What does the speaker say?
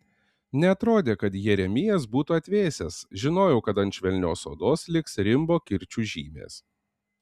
neatrodė kad jeremijas būtų atvėsęs žinojau kad ant švelnios odos liks rimbo kirčių žymės